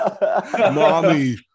Mommy